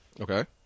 Okay